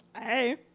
Hey